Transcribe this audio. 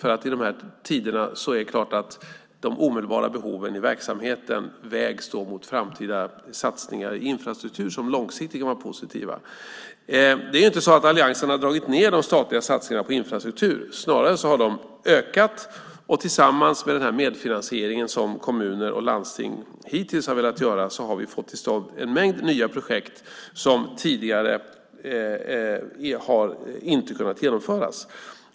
I de här tiderna är det klart att de omedelbara behoven i verksamheten vägs mot framtida satsningar i infrastruktur som långsiktigt kan vara positiva. Det är inte så att alliansen har dragit ned de statliga satsningarna på infrastruktur. Snarare har de ökat. Och tillsammans med den medfinansiering som kommuner och landsting hittills har velat göra har vi fått till stånd en mängd nya projekt som tidigare inte har kunnat genomföras.